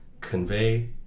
convey